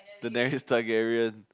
the Daenerys Targaryen